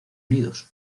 unidos